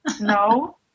No